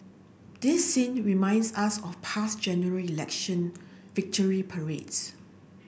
this scene reminds us of past General Election victory parades